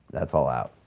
that's all out.